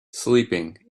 sleeping